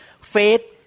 faith